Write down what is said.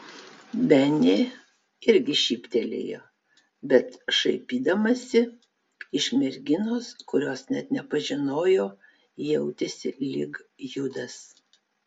benė irgi šyptelėjo bet šaipydamasi iš merginos kurios net nepažinojo jautėsi lyg judas